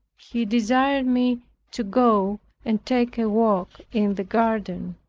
he desired me to go and take a walk in the garden.